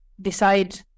decide